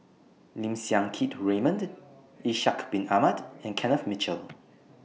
Lim Siang Keat Raymond Ishak Bin Ahmad and Kenneth Mitchell